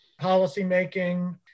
policymaking